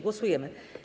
Głosujemy.